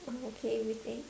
uh okay with egg